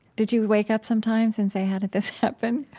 did you wake up sometimes and say how did this happen?